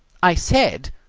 i said,